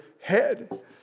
head